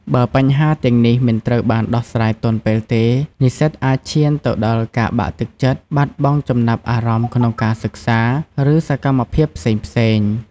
បើបញ្ហាទាំងនេះមិនត្រូវបានដោះស្រាយទាន់ពេលទេ និស្សិតអាចឈានទៅដល់ការបាក់ទឹកចិត្ត បាត់បង់ចំណាប់អារម្មណ៍ក្នុងការសិក្សា ឬសកម្មភាពផ្សេងៗ។